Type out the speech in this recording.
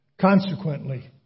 Consequently